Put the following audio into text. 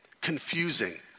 confusing